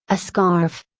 a scarf.